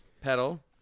pedal